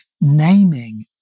naming